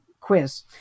quiz